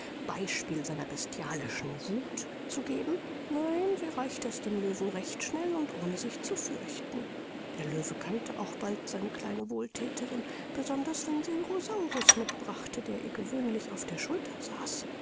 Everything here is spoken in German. beispiel seiner bestialischen wuth zu geben nein sie reichte es dem löwen recht schnell und ohne sich zu fürchten der löwe kannte auch bald seine kleine wohlthäterin besonders wenn sie rosaurus mitbrachte der ihr gewöhnlich auf der schulter saß